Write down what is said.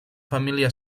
família